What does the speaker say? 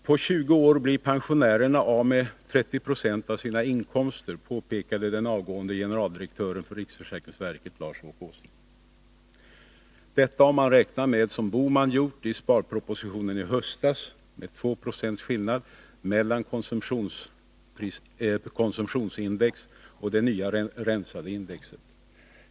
På 20 år blir pensionärerna av med 30 96 av sina inkomster, påpekade den avgående generaldirektören för riksförsäkringsverket Lars-Åke Åström — detta om man räknar som herr Bohman gjort i sparpropositionen i höstas med 2 96 skillnad mellan konsumtionsprisindex och det nya rensade indexet.